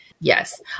Yes